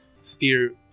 steer